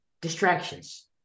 distractions